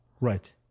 right